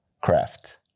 craft